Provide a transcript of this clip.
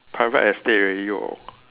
private estate already orh